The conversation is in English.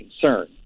concern